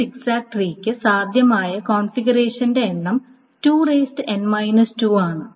ഒരു സിഗ്സാഗ് ട്രീയ്ക്ക് സാധ്യമായ കോൺഫിഗറേഷന്റെ എണ്ണം 2n 2 ആണ്